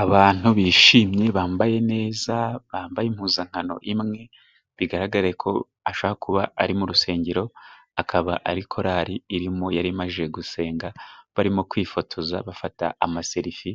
Abantu bishimye bambaye neza bambaye impuzankano imwe, bigaragara ko ashaka kuba ari mu rusengero akaba ari korali irimo yari imaze gusenga barimo kwifotoza bafata ama serifi